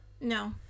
No